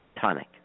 tonic